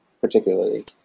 particularly